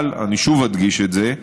אבל, אני שוב אדגיש את זה,